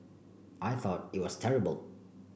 I thought it was terrible